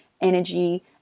energy